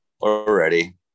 already